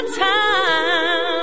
time